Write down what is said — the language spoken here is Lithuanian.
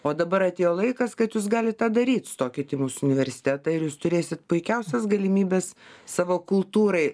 o dabar atėjo laikas kad jūs galit tą daryt stokit į mūsų universitetą ir jūs turėsit puikiausias galimybes savo kultūrai